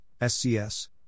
SCS